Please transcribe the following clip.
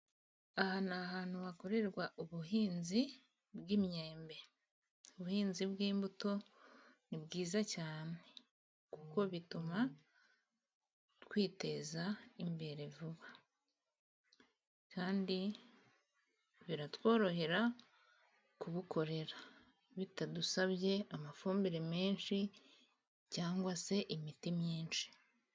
Aha ni ahantu hakorerwa ubuhinzi bw'imyembe, ubuhinzi bw'imbuto ni bwiza cyane kuko bituma twiteza imbere vuba kandi biratworohera kubukorera, bitadusabye amafumbire menshi cyangwa se imiti myinshi.